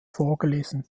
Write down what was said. vorgelesen